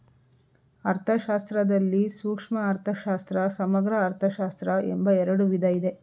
ಅರ್ಥಶಾಸ್ತ್ರದಲ್ಲಿ ಸೂಕ್ಷ್ಮ ಅರ್ಥಶಾಸ್ತ್ರ, ಸಮಗ್ರ ಅರ್ಥಶಾಸ್ತ್ರ ಎಂಬ ಎರಡು ವಿಧ ಇದೆ